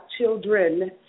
children